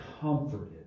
comforted